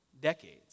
decades